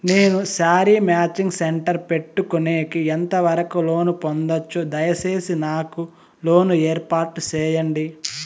నేను sari matching centre పెట్టుకునేకి ఎంత వరకు లోను పొందొచ్చు? దయసేసి నాకు లోను ఏర్పాటు సేయండి?